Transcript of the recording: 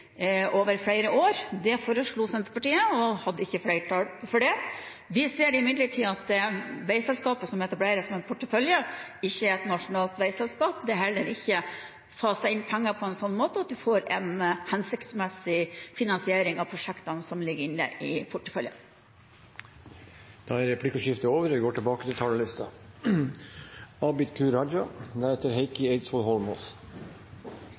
over flere år. Det foreslo Senterpartiet, men hadde ikke flertall for det. Vi ser imidlertid at det veiselskapet som etableres med portefølje, ikke er et nasjonalt veiselskap. Det er heller ikke faset inn penger på en slik måte at man får en hensiktsmessig finansiering av prosjektene som ligger inne i porteføljen. Replikkordskiftet er over. Jeg vil innledningsvis takke saksordføreren for godt og grundig arbeid med innstillingen og for at vi